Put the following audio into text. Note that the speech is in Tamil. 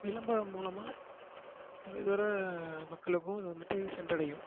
விளம்பரம் மூலமாக தொலை தூர மக்களுக்கும் இது வந்துட்டு சென்றடையும்